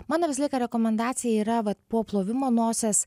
mano visą laiką rekomendacija yra vat po plovimo nosies